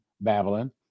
Babylon